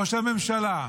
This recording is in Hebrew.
ראש הממשלה,